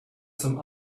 some